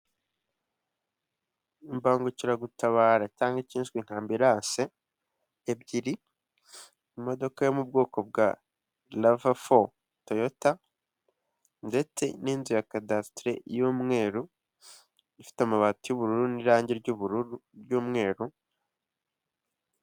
Imbangukiragutabara cyangwa ikizwi nka Ambulance ebyiri, imodoka yo mu bwoko bwa rava fo toyota ndetse n'inzu ya kadasitere y'umweru, ifite amabati y'ubururu n'irangi ry'ubururu n'umweru.